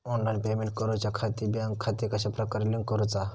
Online payment करुच्याखाती bank खाते कश्या प्रकारे लिंक करुचा?